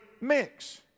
mix